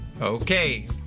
Okay